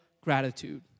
gratitude